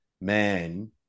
man